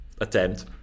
attempt